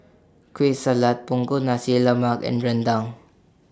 Kueh Salat Punggol Nasi Lemak and Rendang